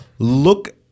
Look